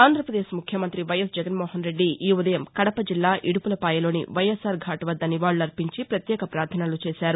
ఆంధ్రప్రదేశ్ ముఖ్యమంతి వైఎస్ జగన్మోహన్రెడ్డి ఈ ఉదయం కడపజిల్లా ఇడుపులపాయలోని వైఎస్సార్ ఫూట్ వద్ద నివాళులర్పించి ప్రత్యేక ప్రార్దనలు చేశారు